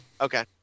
okay